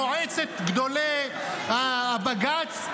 מועצת גדולי הבג"ץ,